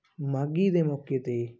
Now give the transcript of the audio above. ਮਾਘੀ ਦੇ ਮੌਕੇ 'ਤੇ